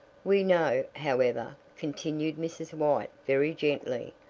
we know, however, continued mrs. white very gently,